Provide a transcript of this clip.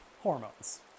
Hormones